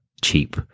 cheap